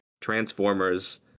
Transformers